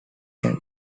can